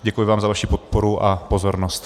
Děkuji vám za vaši podporu a pozornost.